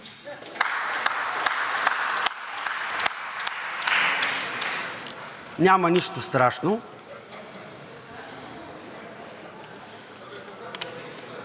Няма нищо страшно.